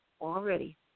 already